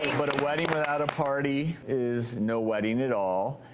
but a wedding without a party is no wedding at all,